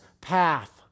path